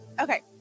Okay